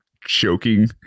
choking